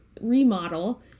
remodel